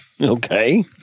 Okay